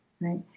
right